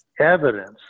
evidence